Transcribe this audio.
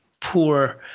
poor